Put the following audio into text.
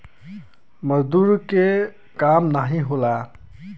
मजदूर के काम नाही होला